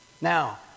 Now